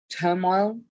turmoil